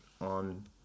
on